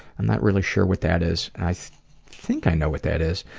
i'm not really sure what that is. i think i know what that is.